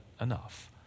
enough